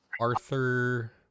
Arthur